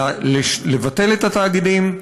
לבטל את התאגידים,